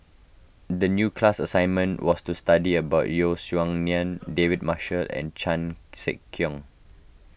the new class assignment was to study about Yeo Song Nian David Marshall and Chan Sek Keong